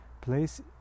place